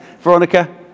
veronica